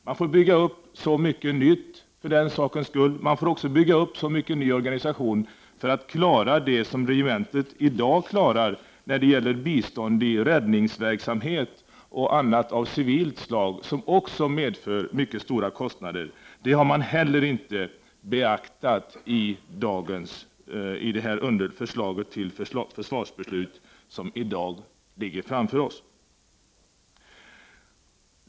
Man får bygga upp så mycket nytt för den sakens skull och så mycket ny organisation för att klara det som regementet i dag klarar när det gäller bistånd vid räddningsverksamhet och andra funktioner av mer civil karaktär som också medför mycket stora kostnader. Detta har heller inte beaktats i det förslag till försvarsbeslut som i dag ligger framför oss.